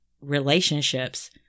relationships